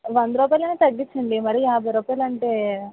వంద రూపాయలు అయినా తగ్గించండి మరీ యాభై రూపాయలు అంటే